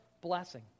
blessing